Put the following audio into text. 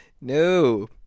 No